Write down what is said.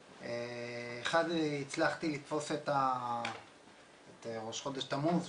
אחד הצלחתי לתפוס את ראש חודש תמוז,